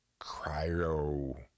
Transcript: cryo